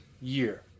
year